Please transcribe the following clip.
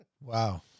Wow